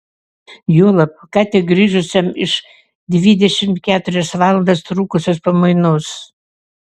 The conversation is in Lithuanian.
juolab ką tik grįžusiam iš dvidešimt keturias valandas trukusios pamainos